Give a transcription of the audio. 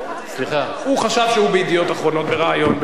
הוא חשב שהוא ב"ידיעות אחרונות" בריאיון.